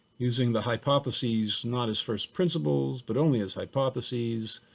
using the hypotheses not as first principles, but only as hypotheses.